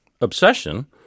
obsession